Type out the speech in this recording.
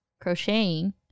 crocheting